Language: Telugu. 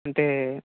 అంటే